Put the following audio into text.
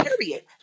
period